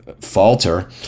Falter